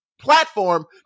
platform